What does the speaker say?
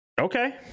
Okay